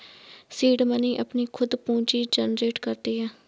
seed money अपनी खुद पूंजी जनरेट करती है